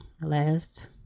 Last